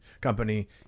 Company